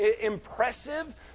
impressive